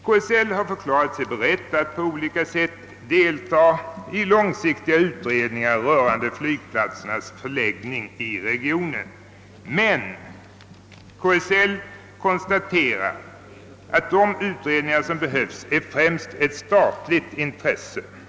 KSL har förklarat sig berett att på olika sätt delta i långsiktiga utredningar rörande flygplatsernas förläggning i regionen men konstaterar att vilka utredningar som behövs främst är i statens intresse att avgöra.